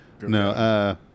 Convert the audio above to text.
No